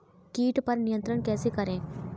कीट पर नियंत्रण कैसे करें?